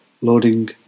loading